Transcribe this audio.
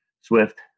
Swift